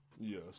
Yes